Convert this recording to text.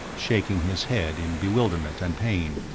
shaking his head in bewilderment and pain.